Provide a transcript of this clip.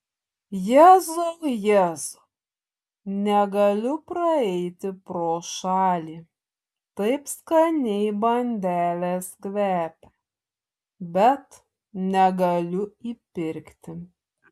jėzau jėzau negaliu praeiti pro šalį kaip skaniai bandelės kvepia bet negaliu įpirkti